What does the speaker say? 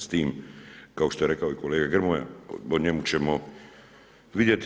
S tim, kao što je rekao i kolega Grmoja, o njemu ćemo vidjeti.